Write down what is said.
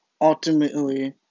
ultimately